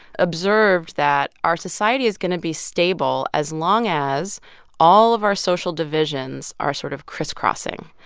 observed that our society is going to be stable as long as all of our social divisions are sort of crisscrossing.